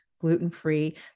gluten-free